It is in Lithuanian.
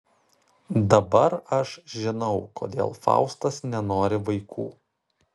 dabar aš žinau kodėl faustas nenori vaikų